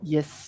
Yes